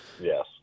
Yes